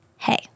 Hey